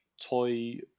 toy